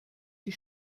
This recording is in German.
die